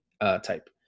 type